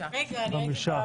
מי נמנע?